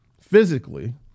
physically